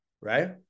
right